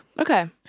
Okay